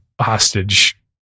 hostage